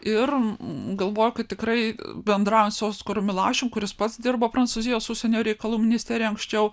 ir galvoju kad tikrai bendraujant su oskaru milašiumi kuris pats dirbo prancūzijos užsienio reikalų ministerijoje anksčiau